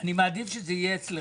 אני מעדיף שזה יהיה אצלך,